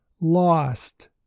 Lost